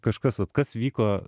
kažkas vat kas vyko